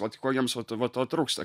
vat ko jiems vat va to trūksta